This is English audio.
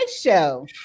show